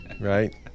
Right